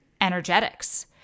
energetics